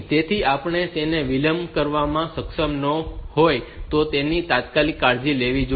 તેથી આપણે તેમને વિલંબ કરવામાં સક્ષમ ન હોઈએ તો તેની તાત્કાલિક કાળજી લેવી જોઈએ